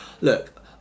look